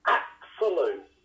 absolute